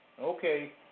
Okay